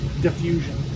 diffusion